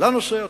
לנושא עצמו.